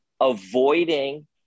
avoiding